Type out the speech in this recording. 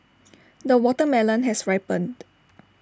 the watermelon has ripened